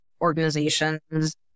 organizations